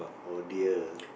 oh dear